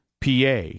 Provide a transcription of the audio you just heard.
PA